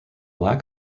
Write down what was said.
lack